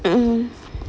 mm